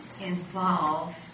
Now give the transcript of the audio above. involve